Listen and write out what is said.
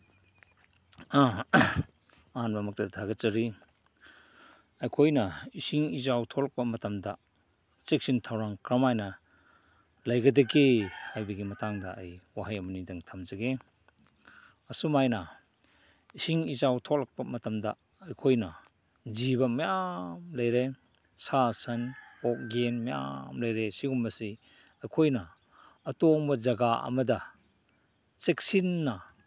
ꯑꯍꯥꯟꯕꯃꯛꯇꯗ ꯊꯥꯒꯠꯆꯔꯤ ꯑꯩꯈꯣꯏꯅ ꯏꯁꯤꯡ ꯏꯆꯥꯎ ꯊꯣꯛꯂꯛꯄ ꯃꯇꯝꯗ ꯆꯦꯛꯁꯤꯟ ꯊꯧꯔꯥꯡ ꯀꯃꯥꯏꯅ ꯂꯩꯒꯗꯒꯦ ꯍꯥꯏꯕꯒꯤ ꯃꯇꯥꯡꯗ ꯑꯩ ꯋꯥꯍꯩ ꯑꯃ ꯑꯅꯤꯗꯪ ꯊꯝꯖꯒꯦ ꯁꯨꯃꯥꯏꯅ ꯏꯁꯤꯡ ꯏꯆꯥꯎ ꯊꯣꯛꯂꯛꯄ ꯃꯇꯝꯗ ꯑꯩꯈꯣꯏꯅ ꯖꯤꯕ ꯃꯌꯥꯝ ꯂꯩꯔꯦ ꯁꯥ ꯁꯟ ꯑꯣꯛ ꯌꯦꯟ ꯃꯌꯥꯝ ꯂꯩꯔꯦ ꯁꯤꯒꯨꯝꯕꯁꯤ ꯑꯩꯈꯣꯏꯅ ꯑꯇꯣꯡꯕ ꯖꯒꯥ ꯑꯃꯗ ꯆꯦꯛꯁꯤꯟꯅ